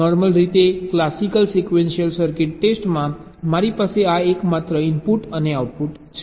normal રીતે classical sequential circuit ટેસ્ટમાં મારી પાસે આ એકમાત્ર ઇનપુટ અને આઉટપુટ છે